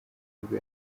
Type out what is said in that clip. nibwo